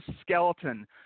skeleton